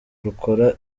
rukora